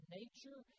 nature